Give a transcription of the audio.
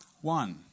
one